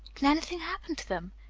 can anything happen to them?